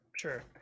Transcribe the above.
sure